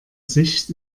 sicht